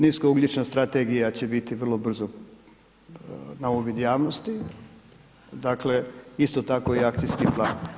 Nisko ugljična strategija će biti vrlo brzo na uvid javnosti, dakle isto tako i Akcijski plan.